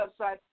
website